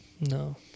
No